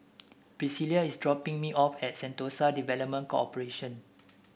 Priscila is dropping me off at Sentosa Development Corporation